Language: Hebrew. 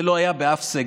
זה לא היה באף סגר.